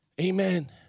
Amen